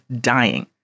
dying